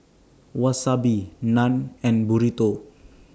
Wasabi Naan and Burrito